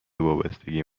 وابستگی